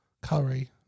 curry